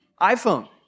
iPhone